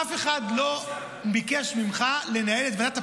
אף אחד לא ביקש ממך לנהל את ועדת הפנים,